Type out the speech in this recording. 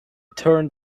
turned